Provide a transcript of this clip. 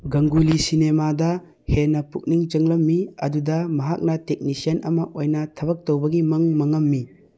ꯒꯪꯒꯨꯂꯤ ꯁꯤꯅꯦꯃꯥꯗ ꯍꯦꯟꯅ ꯄꯨꯛꯅꯤꯛ ꯆꯪꯂꯝꯃꯤ ꯑꯗꯨꯗ ꯃꯍꯥꯛꯅ ꯇꯦꯛꯅꯤꯁꯤꯌꯥꯟ ꯑꯃ ꯑꯣꯏꯅ ꯊꯕꯛ ꯇꯧꯕꯒꯤ ꯃꯪ ꯃꯪꯉꯝꯃꯤ